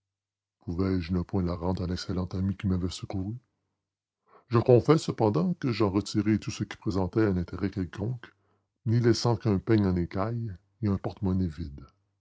ne point la rendre à l'excellente amie qui m'avait secouru je confesse cependant que j'en retirai tout ce qui présentait un intérêt quelconque n'y laissant qu'un peigne en écaille un bâton de rouge dorin pour les lèvres et un porte-monnaie vide